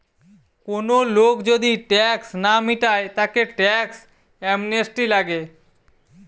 কোন লোক যদি ট্যাক্স না মিটায় তাকে ট্যাক্স অ্যামনেস্টি লাগে